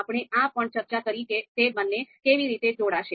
આપણે એ પણ ચર્ચા કરી કે તે બંને કેવી રીતે જોડાશે